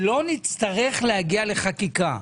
שלא נצטרך להגיע לחקיקה.